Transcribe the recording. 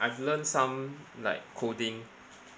I've learnt some like coding